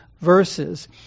verses